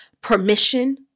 permission